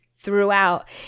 throughout